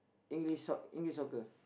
English soc~ English soccer